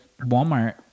Walmart